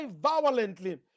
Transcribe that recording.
violently